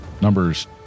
Numbers